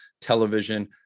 television